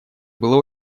было